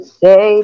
say